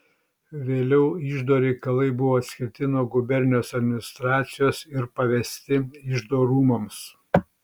vėliau iždo reikalai buvo atskirti nuo gubernijos administracijos ir pavesti iždo rūmams